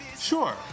Sure